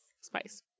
Spice